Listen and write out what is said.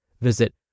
Visit